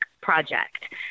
Project